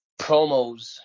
promos